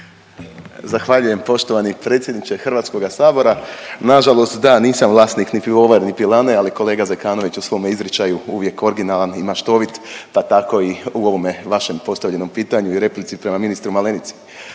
Zahvaljujem poštovani predsjedniče Hrvatskog sabora. Nažalost da nisam vlasnik ni pivovare ni pilane ali kolega Zekanović je u svome izričaju uvijek originalan i maštovit pa tako i u ovome vašem postavljenom pitanju i replici prema ministru Malenici.